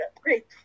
Great